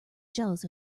jealous